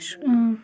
সময়ে